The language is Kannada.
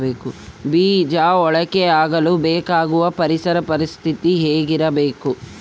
ಬೇಜ ಮೊಳಕೆಯಾಗಲು ಬೇಕಾಗುವ ಪರಿಸರ ಪರಿಸ್ಥಿತಿ ಹೇಗಿರಬೇಕು?